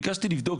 ביקשתי לבדוק,